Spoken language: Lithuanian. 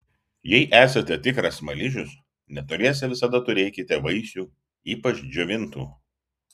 jei esate tikras smaližius netoliese visada turėkite vaisių ypač džiovintų